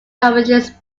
herbaceous